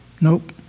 Nope